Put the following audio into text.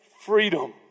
freedom